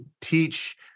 teach